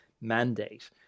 mandate